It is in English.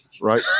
right